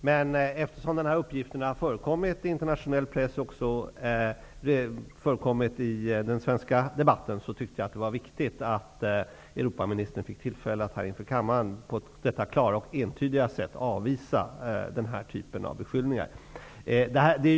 Men eftersom uppgifterna har förekommit i internationell press och även förekommit i den svenska debatten, tyckte jag att det var viktigt att Europaministern fick tillfälle att inför kammaren, på detta klara och entydiga sätt, avvisa den typen av beskyllningar.